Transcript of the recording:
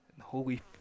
holy